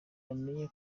bamenye